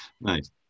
nice